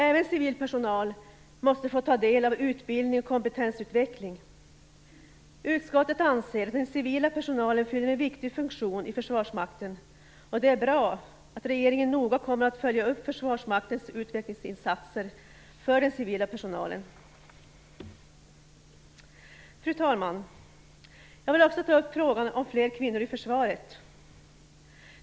Även civil personal måste få ta del av utbildning och kompetensutveckling. Utskottet anser att den civila personalen fyller en viktig funktion i Försvarsmakten, och det är bra att regeringen noga kommer att följa upp Försvarsmaktens utvecklingsinsatser för den civila personalen. Fru talman! Jag vill också ta upp frågan om fler kvinnor i försvaret.